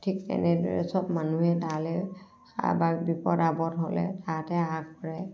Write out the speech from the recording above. ঠিক তেনেদৰে চব মানুহে তালৈ কাৰোবাৰ বিপদ আপদ হ'লে তাতে আগ কৰে